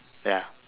ya